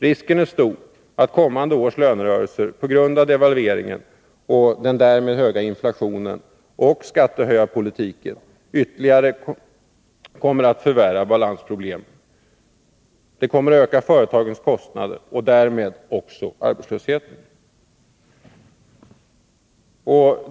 Risken är stor att kommande års lönerörelser på grund av devalveringen, den därmed höga inflationen och skattehöjarpolitiken kommer att ytterligare förvärra balansproblemen, att öka företagens kostnader och därmed också arbetslösheten.